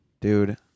dude